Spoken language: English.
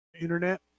Internet